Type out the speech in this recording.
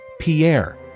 Pierre